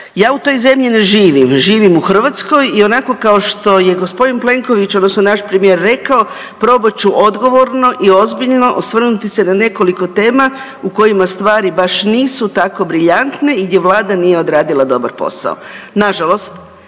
Ja u toj zemlji ne živim, živim u Hrvatskoj i onako kao što je g. Plenković odnosno naš premijer rekao, probat ću odgovorno i ozbiljno osvrnuti se na nekoliko tema u kojima stvari baš nisu tako briljantne i gdje Vlada nije odradila dobar posao. Nažalost